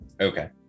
okay